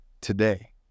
today